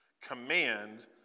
Command